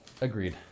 agreed